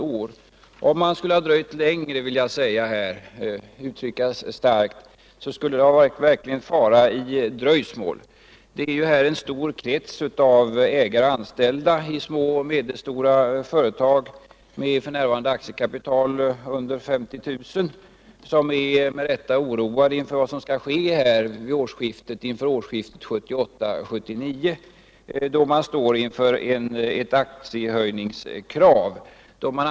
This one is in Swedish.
Men om man hade dröjt längre — det vill jag starkt betona — skulle det verkligen ha varit fara i dröjsmål. Det är en stor krets av ägare och anställda i små och medelstora företag med ett aktiekapital under 50 000 kronor som med rätta är oroade för vad som skall ske vid årsskiftet 1978-1979, då man står inför ett krav på en höjning av aktiekapitalet.